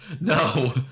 No